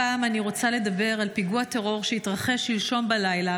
הפעם אני רוצה לדבר על פיגוע טרור שהתרחש שלשום בלילה,